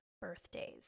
birthdays